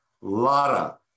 Lara